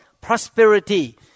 prosperity